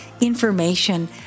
information